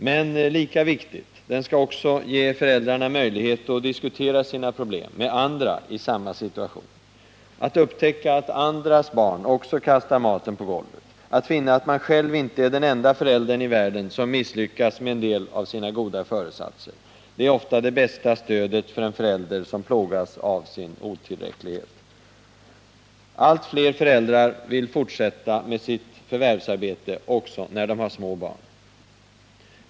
Men lika viktigt: den skall också ge föräldrarna möjligheter att diskutera sina problem med andra i samma situation. Att upptäcka att andras barn också kastar maten på golvet, att finna att man själv inte är den enda föräldern i världen som misslyckas med en del av sina goda föresatser, är ofta det bästa stödet för en förälder som plågas av sin otillräcklighet. Allt fler föräldrar vill fortsätta med sitt förvärvsarbete också när de har små barn.